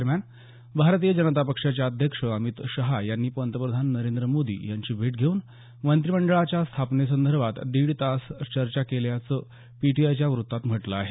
दरम्यान भारतीय जनता पक्षाचे अध्यक्ष अमीत शहा यांनी पंतप्रधान नरेंद्र मोदी यांची भेट घेऊन मंत्रीमंडळाच्या स्थापने संदर्भात दीड तास चर्चा केल्याचं पीटीआयच्या वृत्तात म्हटलं आहे